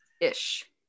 ish